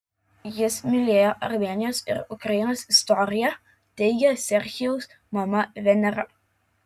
jis mylėjo armėnijos ir ukrainos istoriją teigia serhijaus mama venera